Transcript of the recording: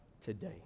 today